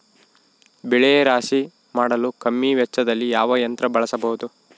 ಬೆಳೆ ರಾಶಿ ಮಾಡಲು ಕಮ್ಮಿ ವೆಚ್ಚದಲ್ಲಿ ಯಾವ ಯಂತ್ರ ಬಳಸಬಹುದು?